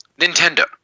Nintendo